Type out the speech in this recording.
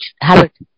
habit